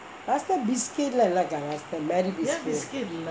last time biscuit லா என்னா கா:laa ennaa kaa last time Marie biscuit